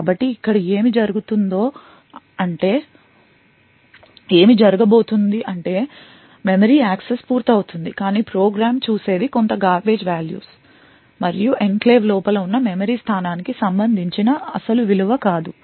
కాబట్టి ఇక్కడ ఏమి జరగబోతోంది అంటే అలాంటి మెమరీ యాక్సెస్ పూర్తవుతుంది కాని ప్రోగ్రామ్ చూసేది కొంత garbage values మరియు ఎన్క్లేవ్ లోపల ఉన్న మెమరీ స్థానానికి సంబంధించిన అసలు విలువ కాదు